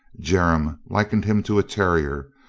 jermyn likened him to a terrier,